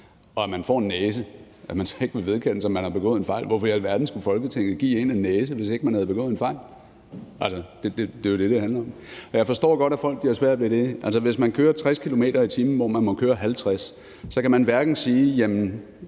og man får en næse, så ikke vil vedkende sig, at man har begået en fejl. Hvorfor i alverden skulle Folketinget give en en næse, hvis ikke man havde begået en fejl? Altså, det er jo det, det handler om. Og jeg forstår godt, at folk har svært ved det. Hvis man kører 60 km/t., hvor man må køre 50 km/t, så kan man hverken sige, at